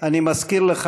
אני מזכיר לך,